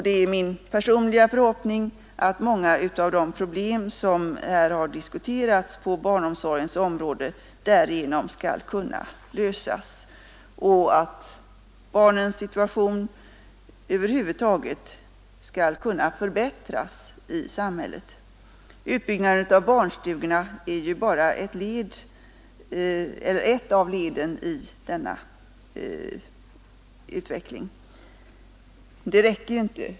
Det är min personliga förhoppning att många av de problem på barnomsorgens område som här har diskuterats därigenom skall kunna lösas och att barnens situation över huvud taget skall kunna förbättras i samhället. Utbyggnaden av barnstugorna är bara ett av leden i denna utveckling. Det räcker inte.